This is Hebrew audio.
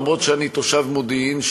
אף שאני תושב מודיעין,